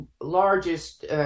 largest